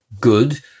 good